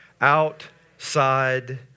Outside